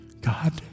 God